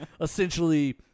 essentially